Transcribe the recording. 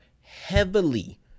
heavily